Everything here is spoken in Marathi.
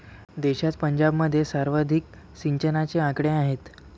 देशात पंजाबमध्ये सर्वाधिक सिंचनाचे आकडे आहेत